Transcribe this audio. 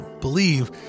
believe